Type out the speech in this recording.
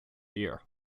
year